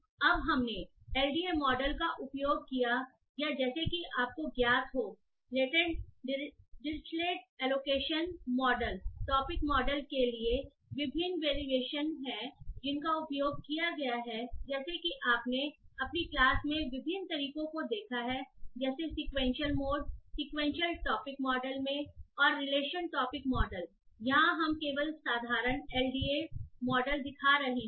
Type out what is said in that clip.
अब हमने LDA model का उपयोग किया या जैसा कि आपको ज्ञात हो latent Dirichlet allocation model topic model के लिए विभिन्न वेरिएशन हैं जिनका उपयोग किया गया है जैसा कि आपने अपनी क्लास में विभिन्न तरीकों को देखा है जैसे sequential mode sequential topic model में और रिलेशन टॉपिक मॉडल यहाँ हम केवल साधारण एल डी ए मॉडल दिखा रहे हैं